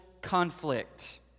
conflict